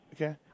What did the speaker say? Okay